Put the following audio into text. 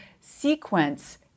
sequence